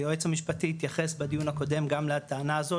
היועץ המשפטי התייחס בדיון הקודם גם על הטענה הזאת